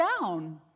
down